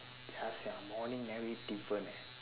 ya sia morning never eat different eh